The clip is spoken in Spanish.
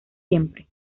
siempre